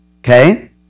Okay